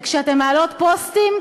וכשאתן מעלות פוסטים,